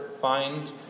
find